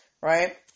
Right